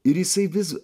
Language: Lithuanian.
ir jisai vis